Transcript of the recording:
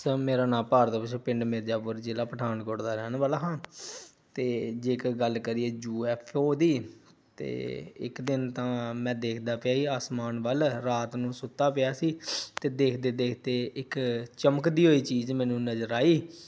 sir ਮੇਰਾ ਨਾਮ ਭਾਰਤ ਭੂਸ਼ਨ ਪਿੰਡ ਮਿਰਜਾਪੁਰ ਜ਼ਿਲ੍ਹਾ ਪਠਾਨਕੋਟ ਦਾ ਰਹਿਣ ਵਾਲਾ ਹਾਂ ਅਤੇ ਜੇਕਰ ਗੱਲ ਕਰੀਏ ਯੂ ਐਫ ਓ ਦੀ ਤਾਂ ਇੱਕ ਦਿਨ ਤਾਂ ਮੈਂ ਦੇਖਦਾ ਪਿਆ ਸੀ ਆਸਮਾਨ ਵੱਲ ਰਾਤ ਨੂੰ ਸੁੱਤਾ ਪਿਆ ਸੀ ਅਤੇ ਦੇਖਦੇ ਦੇਖਦੇ ਇੱਕ ਚਮਕਦੀ ਹੋਈ ਚੀਜ਼ ਮੈਨੂੰ ਨਜ਼ਰ ਆਈ